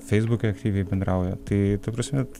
feisbuke aktyviai bendrauja tai ta prasme